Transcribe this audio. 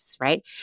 right